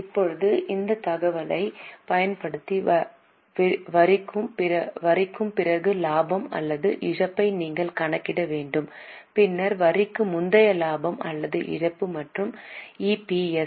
இப்போது இந்த தகவலைப் பயன்படுத்தி வரிக்குப் பிறகு இலாபம் அல்லது இழப்பை நீங்கள் கணக்கிட வேண்டும் பின்னர் வரிக்கு முந்தைய லாபம் அல்லது இழப்பு மற்றும் இபிஎஸ்